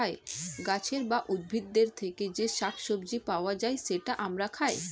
গাছের বা উদ্ভিদের থেকে যে শাক সবজি পাওয়া যায়, সেটা আমরা খাই